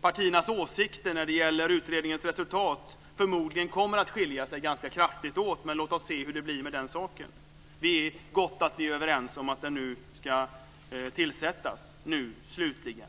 partiernas åsikter när det gäller utredningens resultat förmodligen kommer att skilja sig ganska kraftigt åt. Men låt oss se hur det blir med den saken. Det är gott att vi är överens om att den ska tillsättas - nu, slutligen.